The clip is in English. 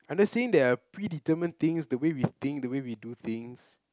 I'm just saying there are predetermined things the way we think the way we do things